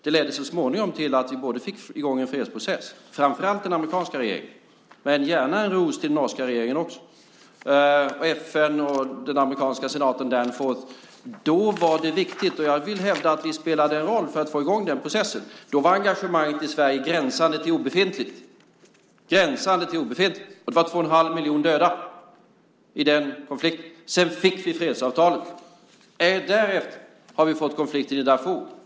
Det ledde så småningom till att vi fick i gång en fredsprocess. Det var framför allt den amerikanska regeringen - men jag ger gärna en ros till den norska regeringen också - FN och den amerikanske senatorn Danforth. Då var det viktigt, och jag vill hävda att vi spelade en roll för att få i gång den processen. Då var engagemanget i Sverige gränsande till obefintligt. Och det var två och en halv miljon döda i den konflikten. Sedan fick vi fredsavtalet. Därefter har vi fått konflikten i Darfur.